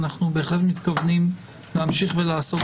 אנחנו בהחלט מתכוונים להמשיך ולעסוק